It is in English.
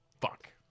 Fuck